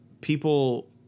people